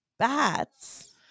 bats